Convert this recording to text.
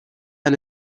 and